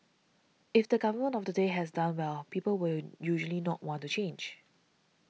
if the government of the day has done well people will usually not want to change